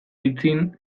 aitzin